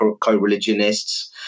co-religionists